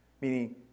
meaning